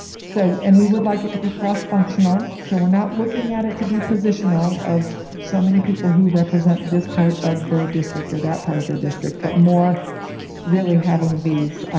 so and we would like it to be cross functional, so we're not looking at it to be positional of so many people who represent this part of the district or that part of the district, but more really, having these